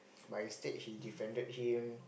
but instead he defended him